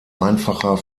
einfacher